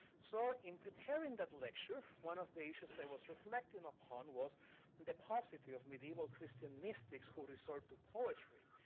so in preparing that lecture, one of the issues i was reflecting upon was and the paucity of medieval christian mystics who resort to poetry,